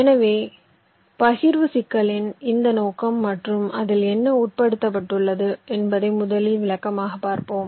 எனவே பகிர்வு சிக்கலின் இந்த நோக்கம் மற்றும் அதில் என்ன உட்பட்டுள்ளது என்பதை முதலில் விளக்கமா பார்ப்போம்